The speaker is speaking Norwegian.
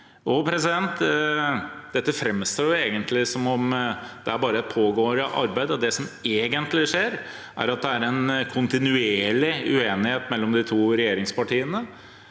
Dette framstår egentlig som om det bare er et pågående arbeid. Det som egentlig skjer, er at det er en kontinuerlig uenighet mellom de to regjeringspartiene,